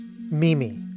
Mimi